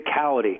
physicality